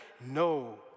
No